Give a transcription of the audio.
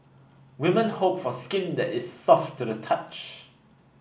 women hope for skin that is soft to the touch